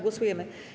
Głosujemy.